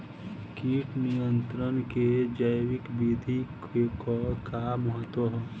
कीट नियंत्रण क जैविक विधि क का महत्व ह?